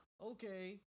okay